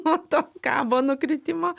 nuo to kabo nukritimo